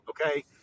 okay